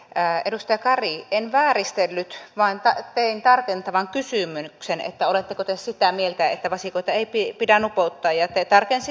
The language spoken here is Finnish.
edustaja kari en vääristellyt vaan tein tarkentavan kysymyksen oletteko te sitä mieltä että vasikoita ei pidä nupottaa